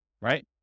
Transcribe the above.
right